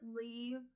leave